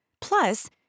Plus